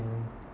think